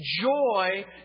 Joy